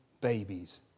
babies